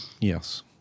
yes